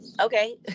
Okay